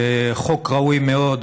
חוק ראוי מאוד,